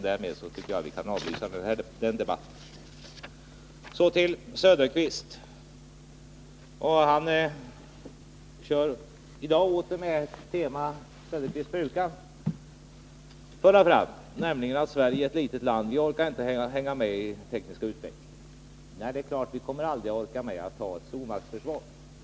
— Därmed tycker jag att vi skall avlysa den debatten. Så till Oswald Söderqvist. Han upprepar i dag det tema som han brukar föra fram, nämligen att Sverige är ett litet land som inte orkar hänga med i den tekniska utvecklingen. Det är klart att vi aldrig kommer att orka med att ha ett stormaktsförsvar.